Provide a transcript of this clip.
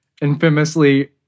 infamously